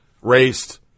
raced